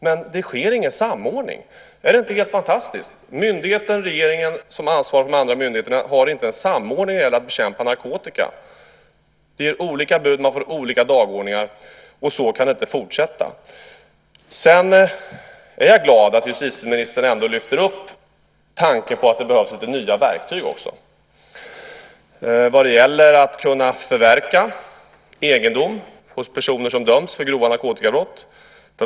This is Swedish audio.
Men det sker ingen samordning. Är det inte helt fantastiskt? Myndigheten regeringen, som har ansvaret för de andra myndigheterna, har inte en samordning när det gäller att bekämpa narkotikan. Det är olika bud. Man får olika dagordningar. Så kan det inte fortsätta. Jag är glad åt att justitieministern ändå lyfter fram tanken på att det behövs lite nya verktyg vad det gäller att kunna förverka egendom hos personer som döms för grova narkotikabrott.